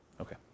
Okay